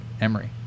Emory